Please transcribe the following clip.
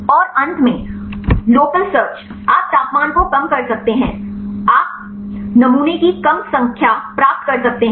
और अंत में लोकल सर्च आप तापमान को कम कर सकते हैं आप नमूने की कम संख्या प्राप्त कर सकते हैं